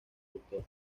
autor